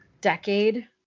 decade